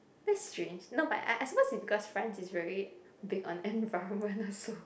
that's strange not but I I suppose is because France is very big on environment also